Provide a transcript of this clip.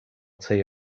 tea